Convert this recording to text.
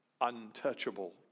untouchable